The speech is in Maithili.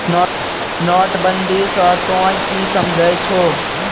नोटबंदी स तों की समझै छौ